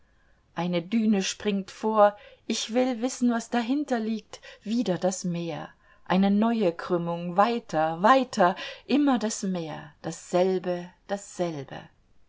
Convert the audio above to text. eine düne springt vor ich will wissen was dahinter liegt wieder das meer eine neue krümmung weiter weiter immer das meer dasselbe dasselbe